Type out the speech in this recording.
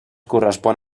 correspon